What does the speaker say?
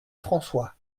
françois